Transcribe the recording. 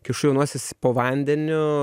kišu jaunuosius po vandeniu